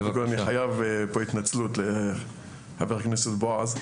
אני חייב פה התנצלות לחבר הכנסת בועז.